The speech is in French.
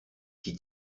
qui